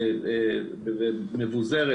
ומבוזרת,